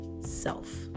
self